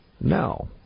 No